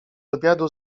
obiadu